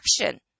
action